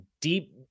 deep